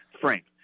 Frank